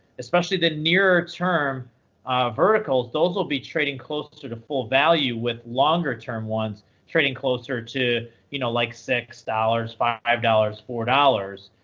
especially the nearer term um verticals, those will be trading closer to to full value, with longer term ones trading closer to you know like six dollars, five, four dollars.